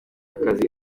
akazi